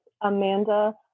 Amanda